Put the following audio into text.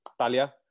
Talia